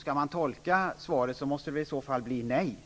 Skall man försöka tolka svaret, måste det i så fall bli ett nej,